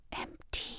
Empty